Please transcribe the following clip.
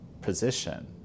position